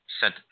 sent